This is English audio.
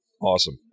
Awesome